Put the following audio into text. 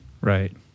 Right